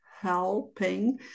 helping